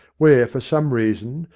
where, for some reason,